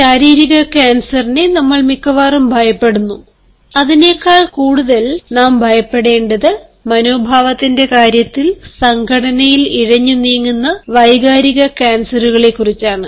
ശാരീരിക ക്യാൻസറിനെ നമ്മൾ മിക്കവരും ഭയപ്പെടുന്നു അതിനേക്കാൾ കൂടുതൽ നാം ഭയപ്പെടേണ്ടത് മനോഭാവത്തിന്റെ കാര്യത്തിൽ സംഘടനയിൽ ഇഴഞ്ഞു നീങ്ങുന്ന വൈകാരിക ക്യാൻസറുകളെക്കുറിച്ചാണ്